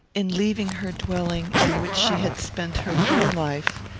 in leaving her dwelling, in which she had spent her whole life,